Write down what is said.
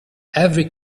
every